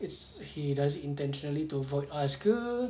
it's he does it intentionally to avoid us ke